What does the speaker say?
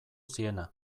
ziena